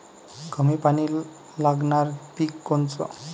कमी पानी लागनारं पिक कोनचं?